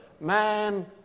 man